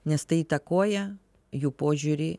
nes tai įtakoja jų požiūrį